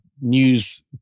news